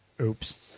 oops